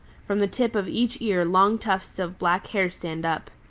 from the tip of each ear long tufts of black hair stand up.